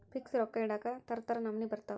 fix ರೊಕ್ಕ ಇಡಾಕ ತರ ತರ ನಮೂನಿ ಬರತವ